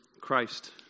Christ